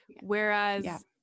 Whereas